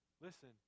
listen